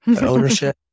ownership